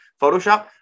Photoshop